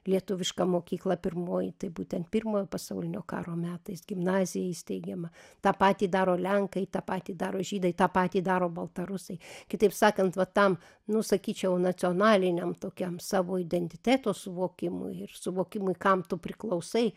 lietuviška mokykla pirmoji tai būtent pirmojo pasaulinio karo metais gimnazija įsteigiama tą patį daro lenkai tą patį daro žydai tą patį daro baltarusiai kitaip sakant va tam nu sakyčiau nacionaliniam tokiam savo identiteto suvokimui ir suvokimui kam tu priklausai